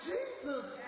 Jesus